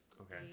Okay